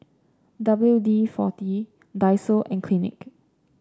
W D forty Daiso and Clinique